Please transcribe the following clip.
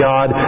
God